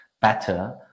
better